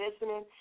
listening